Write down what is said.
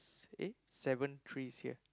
s~ eh seven trees here